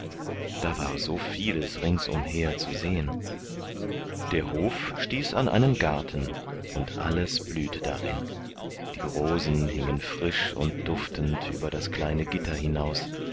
da war so vieles ringsumher zu sehen der hof stieß an einen garten und alles blühte darin die rosen hingen frisch und duftend über das kleine gitter hinaus